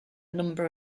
number